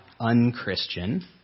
unchristian